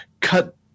cut